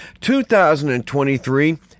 2023